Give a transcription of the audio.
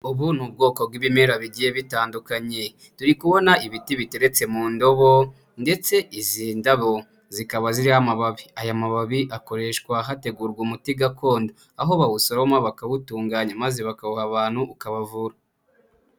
Ubu ni ubwoko bw'ibimera bigiye bitandukanye, turi kubona ibiti biteretse mu ndobo ndetse izi ndabo zikaba ziriho amababi. Aya mababi akoreshwa hategurwa umuti gakondo, aho bawusaroma bakawutunganya maze bakawuha abantu ukabavura.